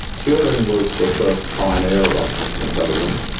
turing was the first pioneer of artificial intelligence.